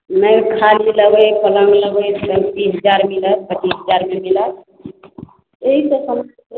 नहि खाली लबै पलङ्ग लबै तऽ तीस हजार मिलत पचीस हजारमे मिलत ओहि सभ